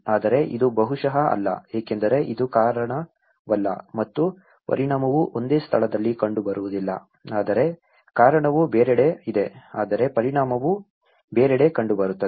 ಆದರೆ ಇದು ಬಹುಶಃ ಅಲ್ಲ ಏಕೆಂದರೆ ಇದು ಕಾರಣವಲ್ಲ ಮತ್ತು ಪರಿಣಾಮವು ಒಂದೇ ಸ್ಥಳದಲ್ಲಿ ಕಂಡುಬರುವುದಿಲ್ಲ ಆದರೆ ಕಾರಣವು ಬೇರೆಡೆ ಇದೆ ಆದರೆ ಪರಿಣಾಮವು ಬೇರೆಡೆ ಕಂಡುಬರುತ್ತದೆ